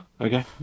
Okay